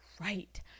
right